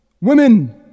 Women